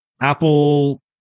Apple